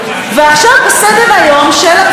בסדר-היום של הכנסת,